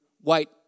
white